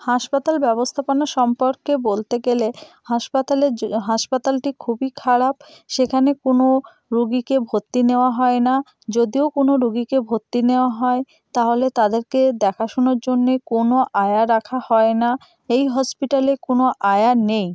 হাসপাতাল ব্যবস্থাপনা সম্পর্কে বলতে গেলে হাসপাতালের যে হাসপাতালটি খুবই খারাপ সেখানে কোনো রুগীকে ভর্তি নেওয়া হয় না যদিও কোনো রুগীকে ভর্তি নেওয়া হয় তাহলে তাদেরকে দেখাশোনার জন্যে কোনো আয়া রাখা হয় না এই হসপিটালে কোনো আয়া নেই